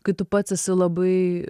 kai tu pats esi labai